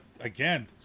again